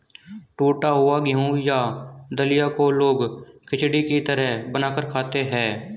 टुटा हुआ गेहूं या दलिया को लोग खिचड़ी की तरह बनाकर खाते है